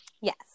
Yes